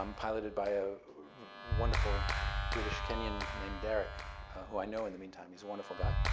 um piloted by a wonderful british kenyan named derek who i know, in the meantime. he's a wonderful guy.